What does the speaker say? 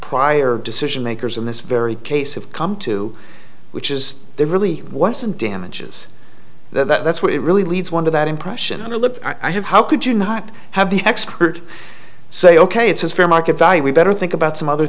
prior decision makers in this very case of come to which is there really wasn't damages that's what really leads one to that impression underlip i have how could you not have the expert say ok it's fair market value we better think about some other